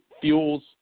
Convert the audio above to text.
fuels